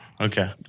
Okay